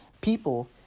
People